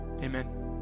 Amen